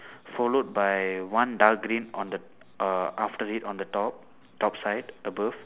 followed by one dark green on the uh after it on the top top side above